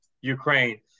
Ukraine